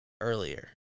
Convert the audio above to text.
earlier